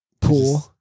Pool